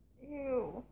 Ew